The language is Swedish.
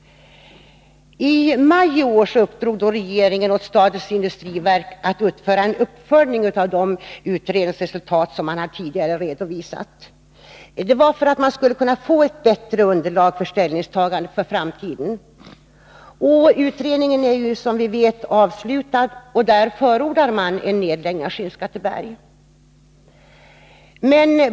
I maji år uppdrog regeringen åt statens industriverk att göra en uppföljning av de utredningsresultat som tidigare hade redovisats. Detta gjorde man för att få ett bättre underlag för ett ställningstagande för framtiden. Den utredningen är som vi vet avslutad, och där förordar man en nedläggning i Skinnskatteberg.